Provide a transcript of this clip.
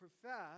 profess